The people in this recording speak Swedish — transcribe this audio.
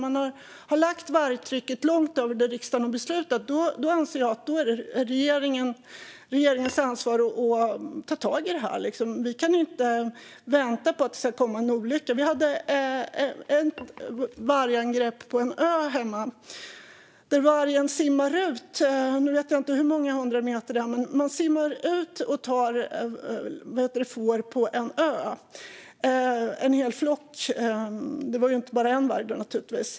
Man har lagt vargtrycket långt över det riksdagen har beslutat. Då anser jag att det är regeringens ansvar att ta tag i det. Vi kan inte vänta på att det ska komma en olycka. Vi hade ett vargangrepp på en ö hemma. Vargen simmar ut - jag vet hur många hundra meter - och tar får på en ö. Det var naturligtvis en hel flock och inte bara en varg.